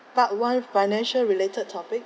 part one financial related topic